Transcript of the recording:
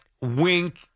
Wink